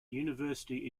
university